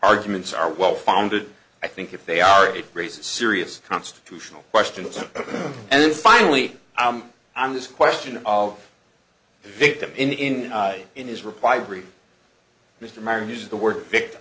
arguments are well founded i think if they are it raises serious constitutional questions and then finally on this question of victim in in his reply brief mr maher uses the word vict